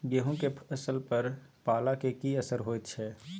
गेहूं के फसल पर पाला के की असर होयत छै?